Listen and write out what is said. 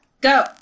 Go